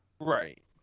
Right